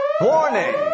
Warning